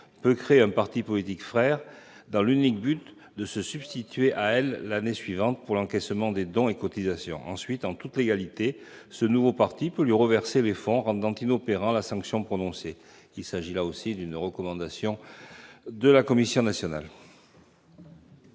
peut créer un parti politique frère dans l'unique but de se substituer à elle l'année suivante pour l'encaissement des dons et cotisations. Ensuite, en toute légalité, ce nouveau parti peut lui reverser les fonds, rendant ainsi inopérante la sanction prononcée. Il s'agit d'une autre recommandation de la Commission nationale